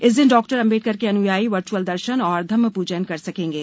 इस दिन डॉ आंबेडकर के अनुयायी वर्चुअल दर्शन और धम्म पूजन कर सकेंगे